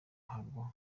ahabwa